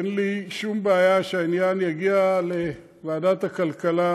אין לי שום בעיה שהעניין יגיע לוועדת הכלכלה,